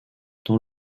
dans